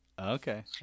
Okay